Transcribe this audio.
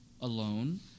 alone